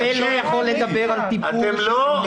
מטפל לא יכול לדבר על טיפול שהוא עשה.